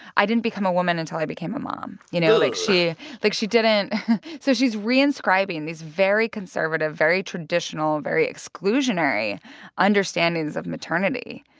i didn't become a woman until i became a mom, you know like ew like, she didn't so she's reinscribing these very conservative, very traditional, very exclusionary understandings of maternity.